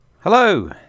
Hello